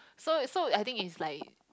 so so I think is like